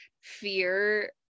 fear